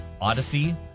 odyssey